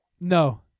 No